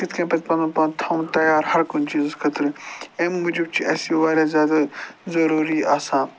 کِتھ کٔنۍ پَزِ پَنُن پان تھاوُن تیار ہر کُنہِ چیٖزَس خٲطرٕ اَمہِ موٗجوٗب چھِ اَسہِ یہِ واریاہ زیادٕ ضُروٗری آسان